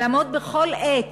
לעמוד בכל עת